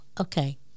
okay